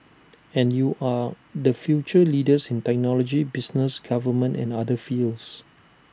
and you are the future leaders in technology business government and other fields